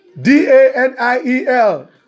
D-A-N-I-E-L